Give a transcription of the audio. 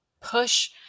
push